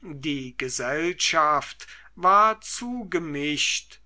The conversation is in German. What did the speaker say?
die gesellschaft war zu gemischt